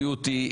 בריאותי,